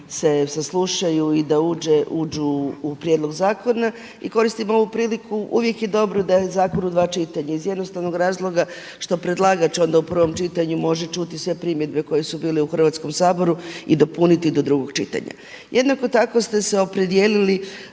se saslušaju i da uđu u prijedlog zakona i koristim ovu priliku, uvijek je dobro da je zakon u dva čitanja iz jednostavnog razloga što predlagač onda u prvom čitanju može čuti sve primjedbe koje su bile u Hrvatskom saboru i dopuniti do drugog čitanja. Jednako tako ste se opredijelili